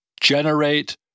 generate